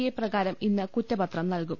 A പ്രകാരം ഇന്ന് കുറ്റപത്രം നൽകും